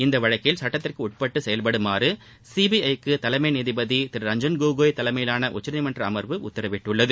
இந்த வழக்கில் சுட்டத்திற்கு உட்பட்டு செயல்படுமாறு சிபிஐ க்கு தலைமை நீதிபதி திரு ரஞ்சன் கோகோய் தலைமையிலான உச்சநீதிமன்ற அமர்வு உத்தரவிட்டுள்ளது